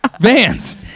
vans